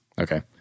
Okay